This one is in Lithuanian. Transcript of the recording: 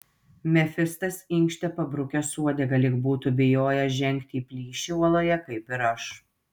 mefistas inkštė pabrukęs uodegą lyg būtų bijojęs žengti į plyšį uoloje kaip ir aš